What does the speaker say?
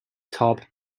top